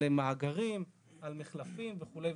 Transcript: על מאגרים, על מחלפים, וכולי.